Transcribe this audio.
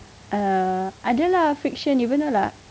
uh ada lah fiction you pernah dengar